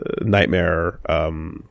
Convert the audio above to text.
nightmare